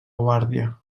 guàrdia